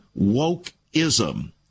wokeism